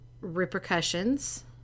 repercussions